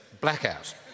blackout